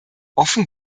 offen